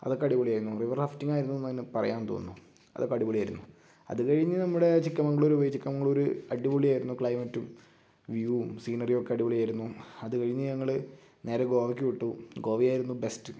അതൊക്കെ അടിപൊളിയായിരുന്നു river rafting എന്നായിരുന്നു അതിനെ പറയുക എന്ന് തോന്നുന്നു അതൊക്കെ അടിപൊളിയായിരുന്നു അത് കഴിഞ്ഞ് നമ്മുടെ ചിക്കമംഗളൂർ പോയി ചിക്കമംഗളൂർ അടിപൊളിയായിരുന്നു ക്ലൈമറ്റും വ്യൂവും സീനറി ഒക്കെ അടിപൊളിയായിരുന്നു അത് കഴിഞ്ഞ് ഞങ്ങൾ നേരെ ഗോവക്ക് വിട്ടു ഗോവയായിരുന്നു ബെസ്റ്റ്